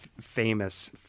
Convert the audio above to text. famous